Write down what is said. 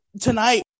tonight